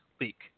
leak